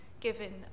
given